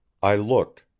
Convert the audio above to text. i looked.